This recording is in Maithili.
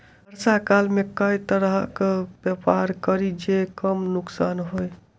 वर्षा काल मे केँ तरहक व्यापार करि जे कम नुकसान होइ?